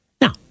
Now